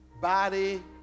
body